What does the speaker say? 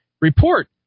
report